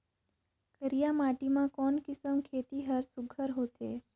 करिया माटी मा कोन किसम खेती हर सुघ्घर होथे?